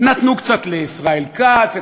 נתנו קצת לישראל כץ,